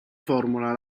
formula